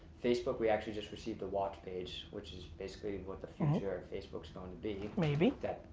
facebook we actually just received a watch page which is basically what the future of facebook's going to be. maybe. that,